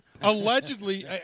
Allegedly